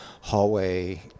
hallway